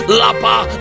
lapa